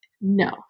no